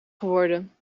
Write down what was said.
geworden